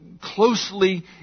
closely